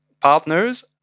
partners